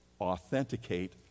authenticate